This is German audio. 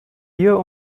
hier